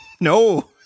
no